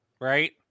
right